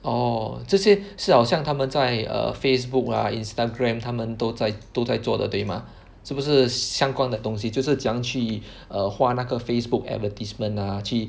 orh 这些是好像他们在 err Facebook lah Instagram 他们都在都在做的对吗是不是相关的东西就是怎样去 err 画那个 Facebook advertisement ah 去